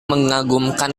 mengagumkan